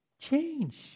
change